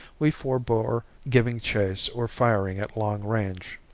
we forebore giving chase or firing at long range.